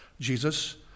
Jesus